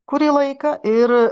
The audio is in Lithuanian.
kurį laiką ir